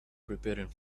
preparing